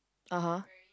(uh huh)